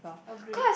agreed